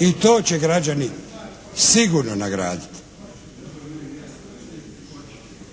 i to će građani sigurno nagraditi.